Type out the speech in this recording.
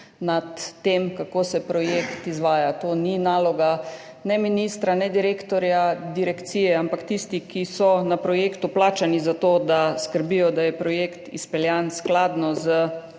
nad tem, kako se projekt izvaja. To ni naloga ministra ali direktorja direkcije, ampak tistih, ki so na projektu plačani za to, da skrbijo, da je projekt izpeljan skladno z